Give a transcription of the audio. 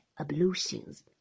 ablutions